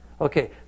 Okay